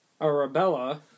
Arabella